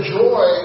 joy